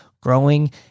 growing